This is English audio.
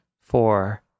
Four